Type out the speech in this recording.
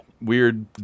weird